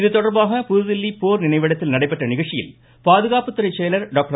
இதுதொடர்பாக புதுதில்லி போர் நினைவிடத்தில் நடைபெற்ற நிகழ்ச்சியில் பாதுகாப்புத்துறை செயலர் டாக்டர்